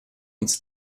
uns